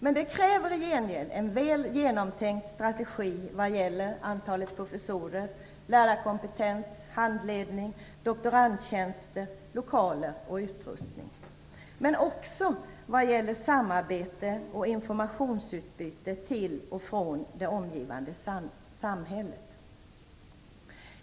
Men det kräver i gengäld en väl genomtänkt strategi vad gäller antalet professorer, lärarkompetens, handledning, doktorandtjänster, lokaler och utrustning och också vad gäller samarbete och informationsutbyte till och från det omgivande samhället.